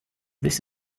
this